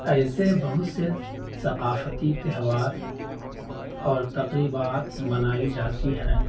ایسے بہت سے ثقافتی تہوار اور تقریبات منائی جاتی ہیں